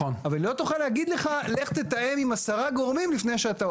אבל היא לא תוכל להגיד לך לך תתאם עם 10 גורמים לפני שאתה זה.